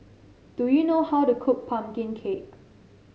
do you know how to cook pumpkin cake